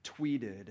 tweeted